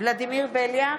ולדימיר בליאק,